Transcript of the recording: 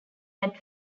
had